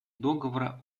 договора